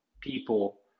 people